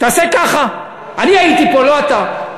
תעשה ככה, אני הייתי פה, לא אתה.